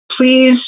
please